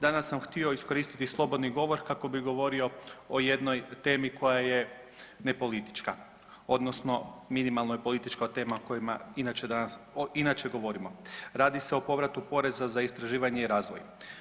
Danas sam htio iskoristiti slobodni govor kako bi govorio o jednoj temi koja je ne politička odnosno minimalno je politička tema o kojima inače govorimo, radi se o povratu poreza za istraživanje i razvoj.